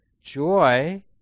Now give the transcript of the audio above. joy